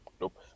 Nope